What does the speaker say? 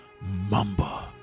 Mamba